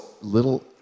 little